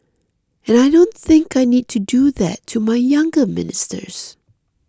and I don't think I need to do that to my younger ministers